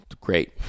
Great